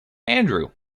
andrew